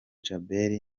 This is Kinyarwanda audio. djabel